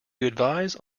advise